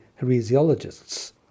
heresiologists